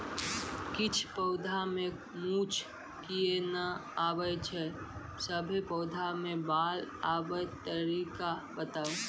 किछ पौधा मे मूँछ किये नै आबै छै, सभे पौधा मे बाल आबे तरीका बताऊ?